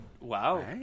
Wow